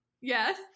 Yes